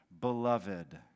beloved